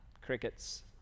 Crickets